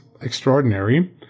extraordinary